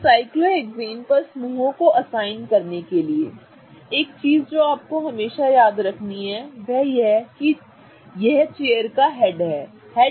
अब साइक्लोहेक्सेन पर समूहों को असाइन करने के लिए एक चीज जो आपको हमेशा याद रखनी है वह यह है कि यह चेयर का हेड है ठीक है